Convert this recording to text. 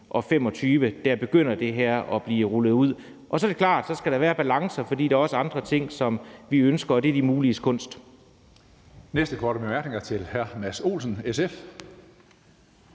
2025 begynder det her at blive rullet ud. Så er det klart, at så skal der være balancer, for der er også andre ting, som vi ønsker, og det er det muliges kunst.